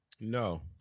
no